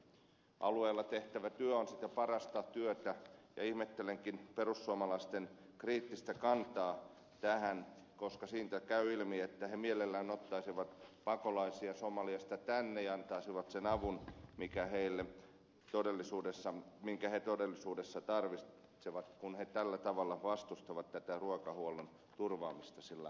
alueella tehtävä työ sitä parasta työtä ja ihmettelenkin perussuomalaisten kriittistä kantaa tähän koska siitä käy ilmi että he mielellään ottaisivat pakolaisia somaliasta tänne ja antaisivat sen avun minkä he todellisuudessa tarvitsevat kun he tällä tavalla vastustavat tätä ruokahuollon turvaamista sillä alueella